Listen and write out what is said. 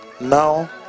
Now